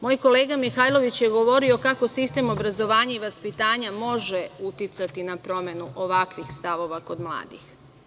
Moj kolega Mihajlović je govorio kako sistem obrazovanja i vaspitanja može uticati na promenu ovakvih stavova kod mladih.